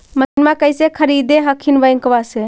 मसिनमा कैसे खरीदे हखिन बैंकबा से?